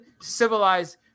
civilized